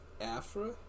Afra